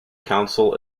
council